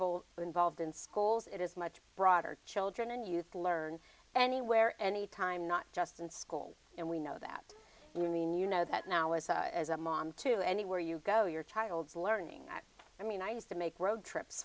d involved in schools it is much broader children and youth learn anywhere any time not just in school and we know that you mean you know that now as as a mom to anywhere you go your child's learning i mean i need to make road trips